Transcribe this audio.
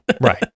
right